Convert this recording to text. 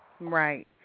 Right